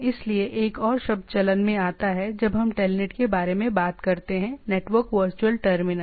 इसलिए एक और शब्द चलन में आता है जब हम टेलनेट के बारे में बात करते हैं नेटवर्क वर्चुअल टर्मिनल